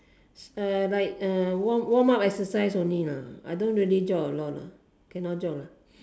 uh like uh warm warmup exercise only lah I don't really jog a lot lah cannot jog